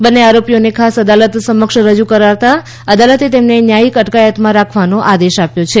બંને આરોપીઓને ખાસ અદાલત સમક્ષ રજુ કરાતા અદાલતે તેમને ન્યાયિક અટકાયતમાં રાખવાનો આદેશ આપ્યો છે